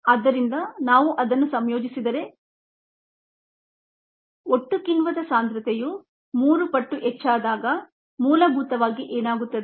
ಆದ್ದರಿಂದ ನಾವು ಅದನ್ನು ಸಂಯೋಜಿಸಿದರೆ ಒಟ್ಟು ಕಿಣ್ವದ ಸಾಂದ್ರತೆಯು ಮೂರು ಪಟ್ಟು ಹೆಚ್ಚಾದಾಗ ಮೂಲಭೂತವಾಗಿ ಏನಾಗುತ್ತದೆ